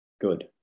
good